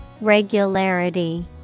Regularity